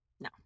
no